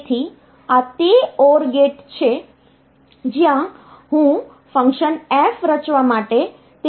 તેથી આ તે OR ગેટ છે જ્યાં હું ફંક્શન F રચવા માટે તે બધાને જોડી રહ્યો છું